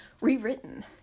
rewritten